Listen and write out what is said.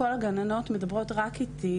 כל הגננות מדברות רק איתי,